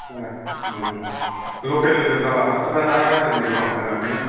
लकेल जोब नामा मास्टारफ्रा ना बाहेरानिबो दं गोजानफोरनि